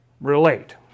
relate